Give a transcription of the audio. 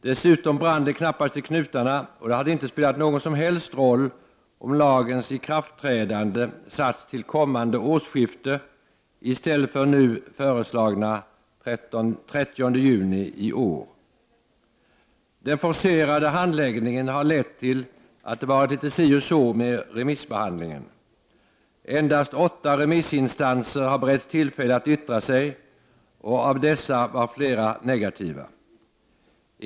Dessutom brann det knappast i knutarna, och det hade inte spelat någon som helst roll om lagens ikraftträdande satts till kommande årsskifte i stället för till nu föreslagna 30 juni i år. Den forcerade handläggningen har lett till att det varit litet si och så med remissbehandlingen. Endast åtta remissinstanser har beretts tillfälle att yttra sig, och av dessa var flera negativa.